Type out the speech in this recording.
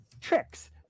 tricks